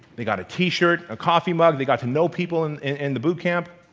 they got a t-shirt, a coffee mug, they got to know people in in the boot camp.